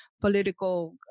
political